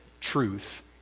truth